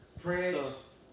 Prince